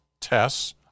tests